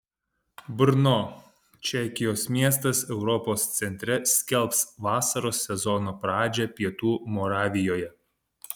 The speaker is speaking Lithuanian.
brno čekijos miestas europos centre skelbs vasaros sezono pradžią pietų moravijoje